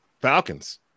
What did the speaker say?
Falcons